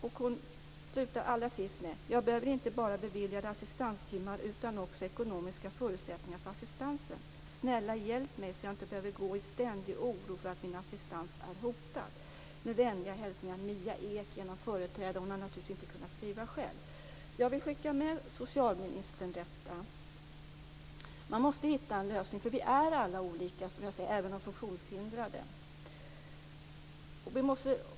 Allra sist skriver hon: Jag behöver inte bara beviljade assistanstimmar utan också ekonomiska förutsättningar för assistansen. Snälla, hjälp mig så att jag inte behöver gå i ständig oro för att min assistans är hotad. Med vänliga hälsningar, Mia Ek, genom företrädare. Hon har naturligtvis inte kunnat skriva själv. Jag vill skicka med socialministern detta. Man måste hitta en lösning för vi är alla olika, även de funktionshindrade.